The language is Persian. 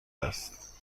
است